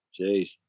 Jeez